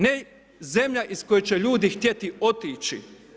Ne zemlja iz koje će ljudi htjeti otići.